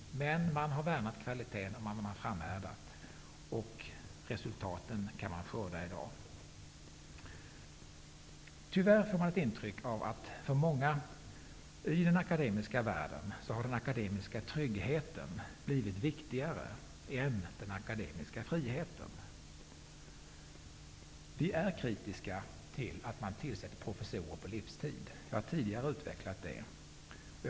Men man har värnat kvaliteten, och man har framhärdat i detta. Resultaten kan man skörda i dag. Tyvärr får man ett intryck av att den akademiska tryggheten för många i den akademiska världen har blivit viktigare än den akademiska friheten. Vi är kritiska till att man tillsätter professorer på livstid. Jag har tidigare utvecklat detta.